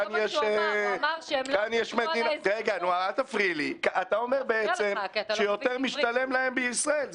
אתה אומר שיותר משתלם להם בישראל,